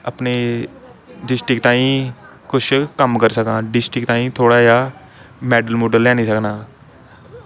अपनी डिस्ट्रिक्ट ताईं कुछ कम्म करी सकां डिस्ट्रिक्ट ताईं थोह्ड़ा जेहा मेडल मूडल लेआनी सकनां